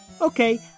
Okay